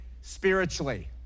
spiritually